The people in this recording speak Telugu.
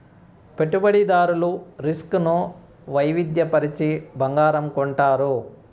పెట్టుబడిదారులు రిస్క్ ను వైవిధ్య పరచి బంగారం కొంటారు